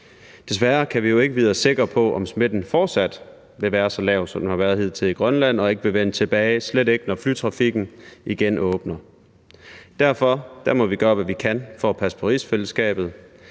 Desværre kan vi jo ikke vide os sikre på, om smitten i Grønland fortsat vil være så lav, som den har været hidtil, og ikke vil vende tilbage – slet ikke, når flytrafikken igen åbner. Derfor må vi gøre, hvad vi kan for at passe på rigsfællesskabet.